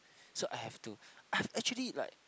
so I have to I've actually like